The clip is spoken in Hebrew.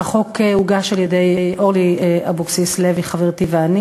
החוק הוגש על-ידי חברתי אורלי לוי אבקסיס ואנוכי.